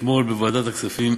אתמול בוועדת הכספים,